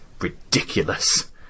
ridiculous